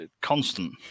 constant